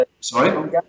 Sorry